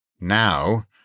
Now